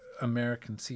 American